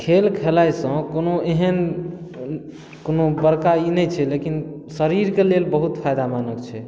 खेल खेलाय सॅं कोनो एहन कोनो बड़का ई नहि छै लेकिन शरीर के लेल बहुत फायदामंद होइ छै